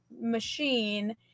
machine